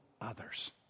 others